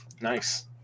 Nice